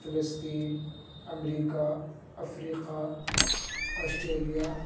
فلسطین امریکہ افریقہ آسٹریلیا